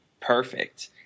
perfect